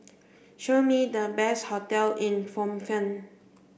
show me the best hotel in Phnom Penh